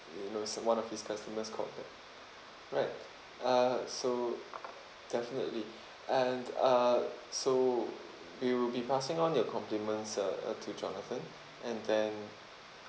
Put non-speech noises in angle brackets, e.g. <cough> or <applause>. you know s~ one of his customer called back right uh so definitely <breath> and uh so we will be passing on your compliments uh to jonathan and then